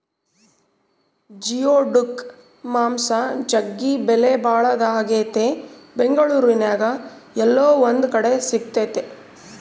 geoduck ಮಾಂಸ ಜಗ್ಗಿ ಬೆಲೆಬಾಳದಾಗೆತೆ ಬೆಂಗಳೂರಿನ್ಯಾಗ ಏಲ್ಲೊ ಒಂದು ಕಡೆ ಇದು ಸಿಕ್ತತೆ